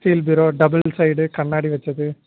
steel பீரோ double side கண்ணாடி வைச்சது